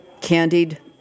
candied